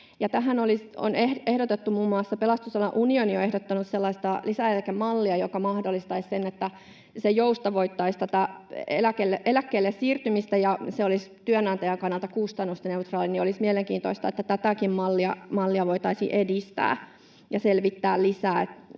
pelastusalan unioni on ehdottanut — sellaista lisäeläkemallia, joka mahdollistaisi sen, että se joustavoittaisi tätä eläkkeelle siirtymistä, ja se olisi työnantajan kannalta kustannusneutraali. Olisi mielenkiintoista, että tätäkin mallia voitaisiin edistää ja selvittää lisää.